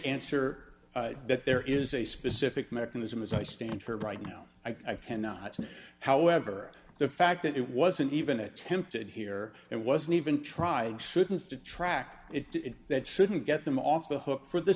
answer that there is a specific mechanism as i stand here right now i cannot however the fact that it wasn't even attempted here it wasn't even try to track it that shouldn't get them off the hook for the